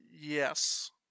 Yes